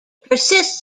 persists